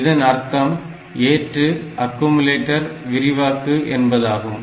இதன் அர்த்தம் ஏற்று அக்குமுலேட்டர் விரிவாக்கு என்பதாகும்